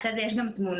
אחרי זה יש גם תמונות,